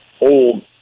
old